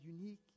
unique